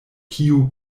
kiu